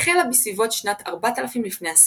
החלה בסביבות שנת 4000 לפני הספירה.